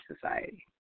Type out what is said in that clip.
society